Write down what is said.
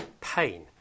pain